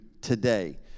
today